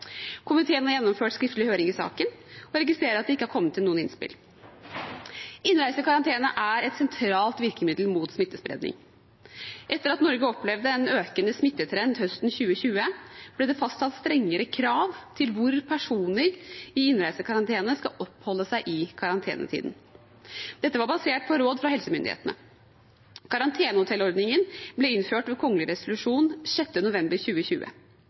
Komiteen har gjennomført skriftlig høring i saken og registrerer at det ikke har kommet inn noen innspill. Innreisekarantene er et sentralt virkemiddel mot smittespredning. Etter at Norge opplevde en økende smittetrend høsten 2020, ble det fastsatt strengere krav til hvor personer i innreisekarantene skal oppholde seg i karantenetiden. Dette var basert på råd fra helsemyndighetene. Karantenehotellordningen ble innført ved kongelig resolusjon 6. november 2020.